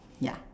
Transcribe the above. ya